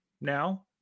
now